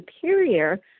superior